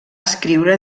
escriure